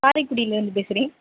காரைக்குடிலருந்து பேசுகிறேன்